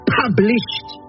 published